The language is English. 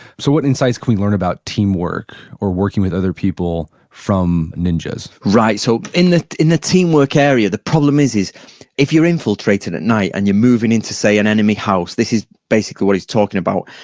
so what insights can we learn about teamwork or working with other people from ninjas? right. so in the in the teamwork area the problem is is if you're infiltrating at night and you're moving into an and enemy house, this is basically what it's talking about,